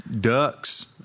ducks